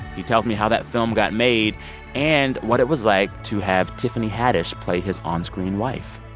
he tells me how that film got made and what it was like to have tiffany haddish play his on-screen wife.